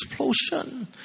explosion